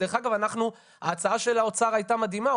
דרך אגב, ההצעה של האוצר הייתה מדהימה.